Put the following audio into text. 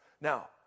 Now